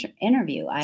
interview